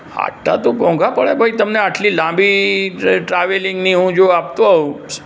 આટલા તો મોંઘા પડે ભઈ તમને આટલી લાંબી ટ્રાવેલિંંગની હું જો આપતો હોઉં